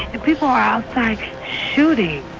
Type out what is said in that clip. and people were outside shooting.